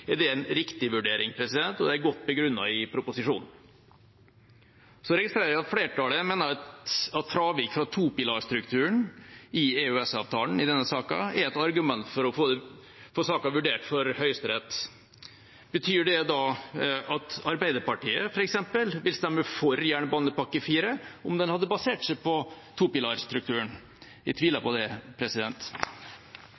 er det en riktig vurdering, og det er godt begrunnet i proposisjonen. Jeg registrerer at flertallet mener at fravik fra topilarstrukturen i EØS-avtalen i denne saken er et argument for å få saken vurdert for Høyesterett. Betyr det da at Arbeiderpartiet, f.eks., ville stemt for jernbanepakke IV om den hadde basert seg på topilarstrukturen? Jeg tviler